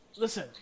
Listen